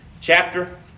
chapter